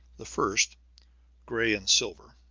the first gray and silver,